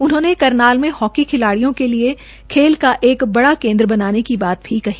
उन्होंने करनाल में हॉकी खिलाडिय़ों के लिए खेल का एक बड़ा केन्द्र की बात भी कही